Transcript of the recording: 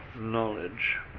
knowledge